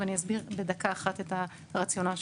אני אסביר בדקה אחת את הרציונל שלו.